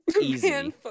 easy